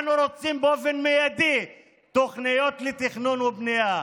אנחנו רוצים באופן מיידי תוכניות לתכנון ובנייה,